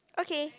okay